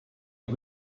you